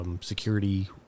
Security